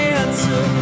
answer